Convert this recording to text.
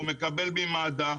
הוא מקבל ממד"א,